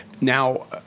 Now